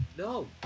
No